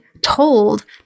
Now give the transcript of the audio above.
told